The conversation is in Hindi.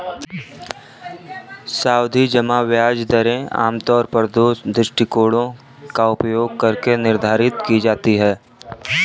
सावधि जमा ब्याज दरें आमतौर पर दो दृष्टिकोणों का उपयोग करके निर्धारित की जाती है